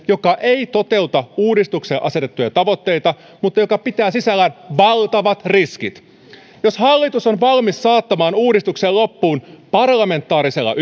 joka ei toteuta uudistukselle asetettuja tavoitteita mutta joka pitää sisällään valtavat riskit jos hallitus on valmis saattamaan uudistuksen loppuun parlamentaarisella